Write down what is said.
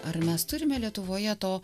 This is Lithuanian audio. ar mes turime lietuvoje to